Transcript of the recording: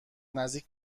نزدیک